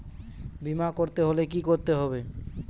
বিমা করতে হলে কি করতে হবে?